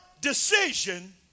decision